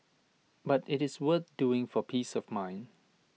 but IT is worth doing for peace of mind